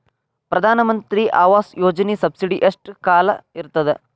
ಪ್ರಧಾನ ಮಂತ್ರಿ ಆವಾಸ್ ಯೋಜನಿ ಸಬ್ಸಿಡಿ ಎಷ್ಟ ಕಾಲ ಇರ್ತದ?